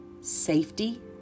safety